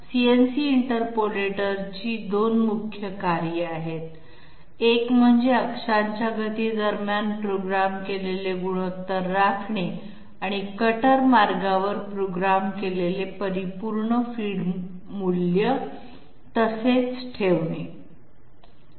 CNC इंटरपोलेटरची 2 मुख्य कार्ये आहेत 1 अक्षांच्या गती दरम्यान प्रोग्राम केलेले गुणोत्तर राखणे आणि कटर मार्गावर प्रोग्राम केलेले परिपूर्ण फीड मूल्य तसेच ठेवणे